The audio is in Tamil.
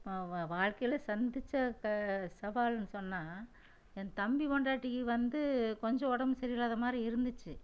வாழ்க்கையில் சந்தித்த சவால்னு சொன்னால் என் தம்பி பெண்டாட்டிக்கு வந்து கொஞ்சம் உடம்பு சரி இல்லாத மாதிரி இருந்துச்சு